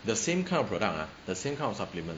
the same kind of product ah the same kind of supplement